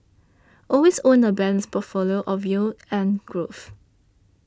always own a balanced portfolio of yield and growth